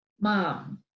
Mom